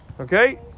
Okay